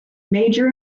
major